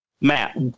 Matt